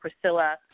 Priscilla